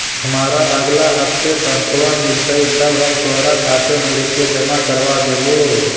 हमारा अगला हफ्ते तनख्वाह मिलतई तब हम तोहार खाते में रुपए जमा करवा देबो